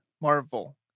Marvel